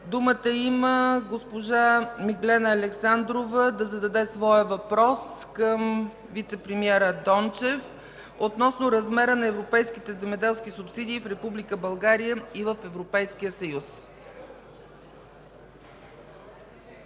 Думата има госпожа Миглена Александрова да зададе своя въпрос към вицепремиера Томислав Дончев относно размера на европейските земеделски субсидии в Република България и в Европейския съюз.